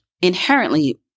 inherently